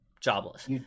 jobless